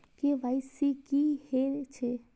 KYC की हे छे?